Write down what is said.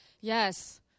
yes